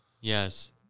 Yes